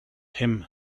him